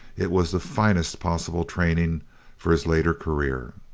it was the finest possible training for his later career.